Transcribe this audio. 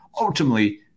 ultimately